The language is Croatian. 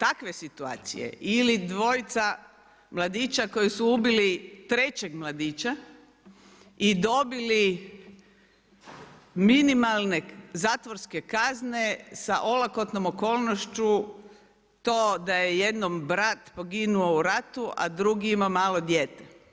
Dakle, takve situacije ili dvojica mladića kojeg su ubili trećeg mladića i dobili minimalne zatvorske kazne, sa olakotnom okolnošću, to da je jednom brat poginuo u ratu, a drugi ima malo dijete.